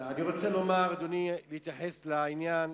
אני רוצה, אדוני, להתייחס לעניין